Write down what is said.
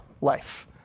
life